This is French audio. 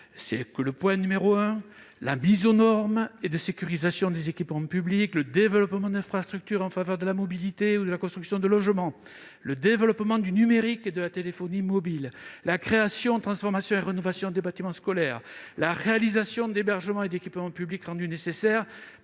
liste : s'y ajoutent la mise aux normes et la sécurisation des équipements publics ; le développement d'infrastructures en faveur de la mobilité ou de la construction de logements ; le développement du numérique et de la téléphonie mobile ; la création, la transformation et la rénovation des bâtiments scolaires ; enfin, la réalisation d'hébergements et d'équipements publics rendus nécessaires